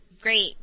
great